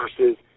versus